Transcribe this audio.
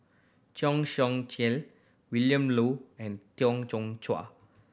Cheng Xinru Colin Willin Low and Tau Cheng Chuan